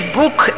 book